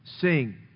sing